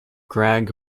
greg